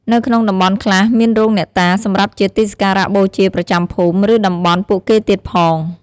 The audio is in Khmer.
នៅក្នុងតំបន់ខ្លះ មានរោងអ្នកតា សម្រាប់ជាទីសក្ការៈបូជាប្រចាំភូមិ ឬតំបន់ពួកគេទៀតផង។